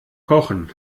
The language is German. kochen